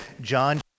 John